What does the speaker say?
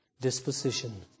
disposition